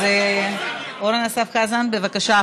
אז אורן אסף חזן, בבקשה.